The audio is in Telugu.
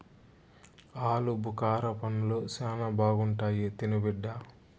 ఆలుబుకారా పండ్లు శానా బాగుంటాయి తిను బిడ్డ